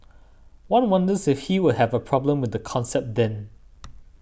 one wonders if he would have a problem with the concept then